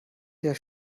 der